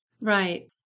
Right